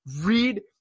Read